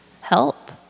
help